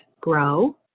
grow